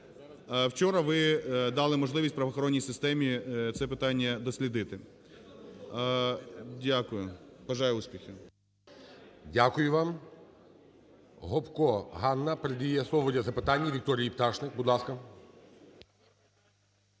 Вчора ви дали можливість правоохоронній системі це питання дослідити. Дякую. Бажаю успіхів вам. ГОЛОВУЮЧИЙ. Дякую вам. Гопко Ганна передає слово для запитання Вікторії Пташник. Будь ласка.